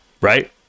right